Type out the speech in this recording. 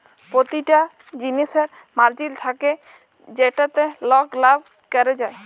পতিটা জিলিসের মার্জিল থ্যাকে যেটতে লক লাভ ক্যরে যায়